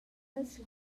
els